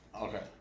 Okay